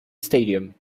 stadium